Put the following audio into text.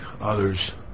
others